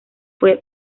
fue